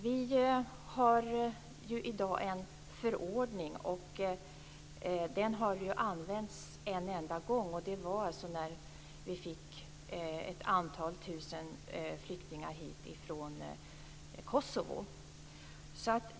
Vi har i dag en förordning, som har använts en enda gång, nämligen när vi fick några tusen flyktingar hit från Kosovo.